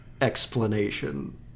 explanation